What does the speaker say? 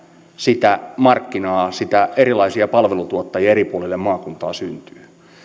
sitä markkinaa erilaisia palvelutuottajia eri puolille maakuntaa syntyy